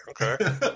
okay